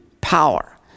power